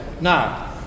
Now